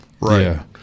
Right